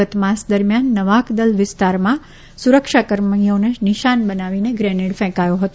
ગત માસ દરમ્યાન નવાકદલ વિસ્તારમાં સુરક્ષાકર્મીઓને નિશાન બનાવી ગ્રેનેડ ફેંકાયો હતો